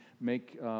make